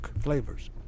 flavors